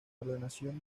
ordenación